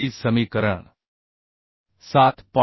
आणि ती समीकरण 7